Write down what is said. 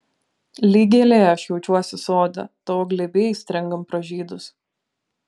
lyg gėlė aš jaučiuosi sode tavo glėby aistringam pražydus